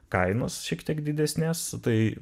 kainos šiek tiek didesnės tai